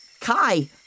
Kai